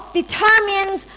determines